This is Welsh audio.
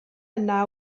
yna